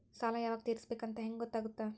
ಸಾಲ ಯಾವಾಗ ತೇರಿಸಬೇಕು ಅಂತ ಹೆಂಗ್ ಗೊತ್ತಾಗುತ್ತಾ?